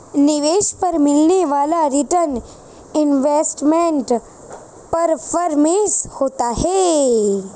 निवेश पर मिलने वाला रीटर्न इन्वेस्टमेंट परफॉरमेंस होता है